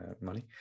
money